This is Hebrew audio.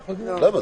למה?